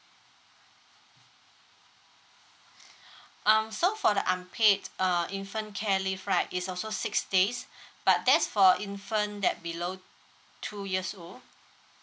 um so for the unpaid uh infant care leave right is also six days but that's for infant that below two years old